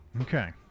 Okay